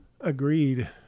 Agreed